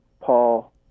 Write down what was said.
Paul